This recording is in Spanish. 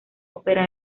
ópera